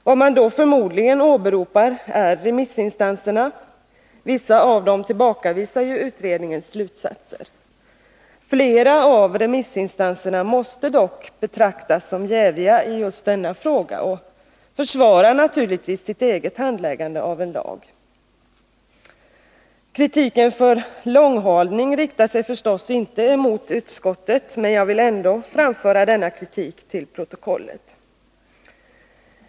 Vad man då förmodligen åberopar är att vissa av remissinstanserna tillbakavisar utredningens slutsatser. Flera av remissinstanserna måste dock betraktas som jäviga i just denna fråga, och de försvarar naturligtvis sitt eget handläggande av en lag. - Kritiken för långhalning riktar sig förstås inte emot utskottet, men jag vill ändå framföra denna kritik till protokollet.